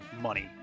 money